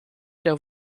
der